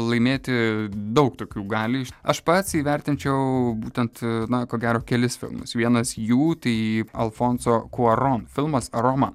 laimėti daug tokių gali aš pats įvertinčiau būtent na ko gero kelis filmus vienas jų tai alfonso kuaron filmas roma